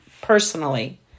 personally